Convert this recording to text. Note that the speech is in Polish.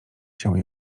się